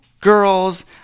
girls